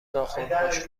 ناخنهاش